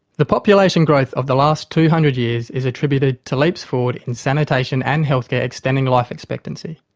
the population growth of the last two hundred years is attributed to leaps forward in sanitation and healthcare extending life expectancy,